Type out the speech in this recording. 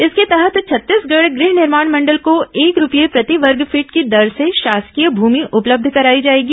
इसके तहत छत्तीसगढ गृह निर्माण मंडल को एक रूपये प्रति वर्गफीट की दर से शासकीय भूमि उपलब्ध कराई जाएगी